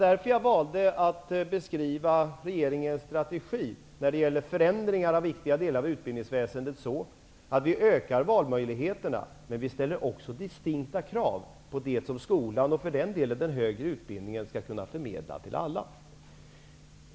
Därför valde jag att beskriva regeringens strategi när det gäller förändringar av viktiga delar av utbildningsväsendet så, att vi ökar valmöjligheterna, men vi ställer också distinkta krav på det som skolan -- och för den delen den högre utbildningen -- skall kunna förmedla till alla.